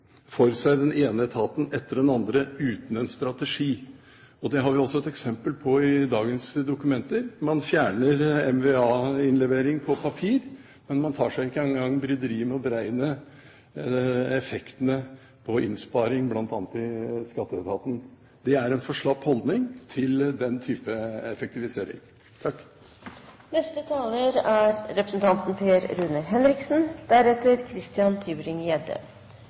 for seg den ene etaten etter den andre uten å ha en strategi. Det har vi også et eksempel på i dagens dokumenter. Man fjerner mva-innlevering på papir, men man tar seg ikke en gang bryderiet med å beregne effektene av innsparingen, bl.a. i skatteetaten. Det er en for slapp holdning til den type effektivisering.